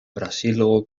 brasilgo